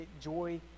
Joy